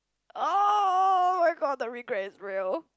oh oh oh-my-god the regret is real